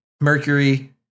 Mercury